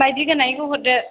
मायदि गोनांनिखौ हरदो